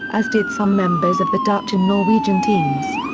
as did some members of the dutch and norwegian teams.